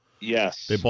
Yes